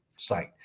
Site